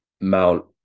Mount